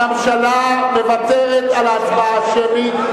הממשלה מוותרת על ההצבעה השמית.